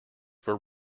were